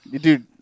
Dude